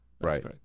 Right